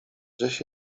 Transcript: żeś